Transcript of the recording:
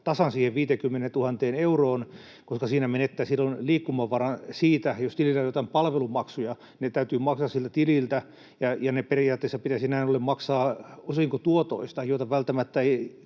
tasan siihen 50 000 euroon, koska siinä menettää silloin liikkumavaran. Jos tilillä on joitain palvelumaksuja, niin ne täytyy maksaa siltä tililtä, ja ne periaatteessa pitäisi näin ollen maksaa osinkotuotoista, joita välttämättä ei